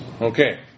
Okay